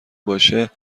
باشه